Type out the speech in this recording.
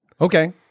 Okay